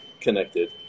connected